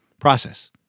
process